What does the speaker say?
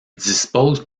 dispose